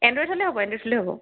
Android হ'লে হ'ব Android হ'লে হ'ব